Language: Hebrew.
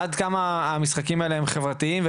עד כמה המשחקים האלה הם חברתיים,